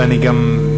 ואני גם,